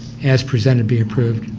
as presented, be approved.